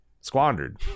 squandered